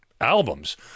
albums